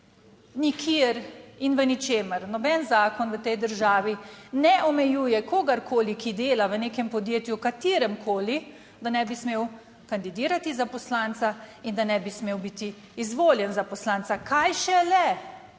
Nikjer in v ničemer noben zakon v tej državi ne omejuje kogarkoli, ki dela v nekem podjetju, v katerem koli, da ne bi smel kandidirati za poslanca in da ne bi smel biti izvoljen za poslanca, kaj šele,